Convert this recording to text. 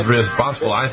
responsible